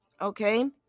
okay